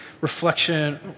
reflection